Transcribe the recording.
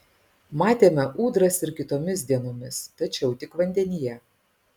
matėme ūdras ir kitomis dienomis tačiau tik vandenyje